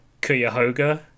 Cuyahoga